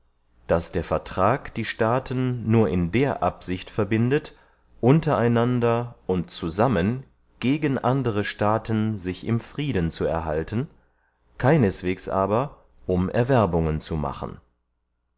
daß der vertrag die staaten nur in der absicht verbindet unter einander und zusammen gegen andere staaten sich im frieden zu erhalten keinesweges aber um erwerbungen zu machen